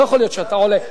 לא יכול להיות שאתה עולה,